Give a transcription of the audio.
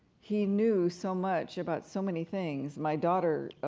he knew so much about so many things. my daughter,